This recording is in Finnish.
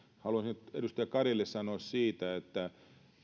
haluaisin edustaja karille sanoa sen että